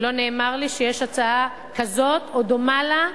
לא נאמר לי שיש הצעה כזו או דומה לה,